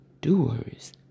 doers